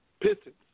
Pistons